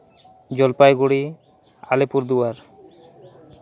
Jalpaiguri Alipur Duar